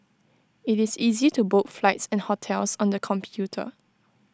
IT is easy to book flights and hotels on the computer